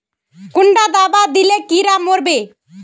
कुंडा दाबा दिले कीड़ा मोर बे?